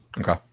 Okay